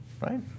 right